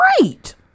great